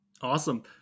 Awesome